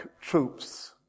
troops